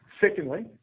Secondly